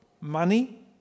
Money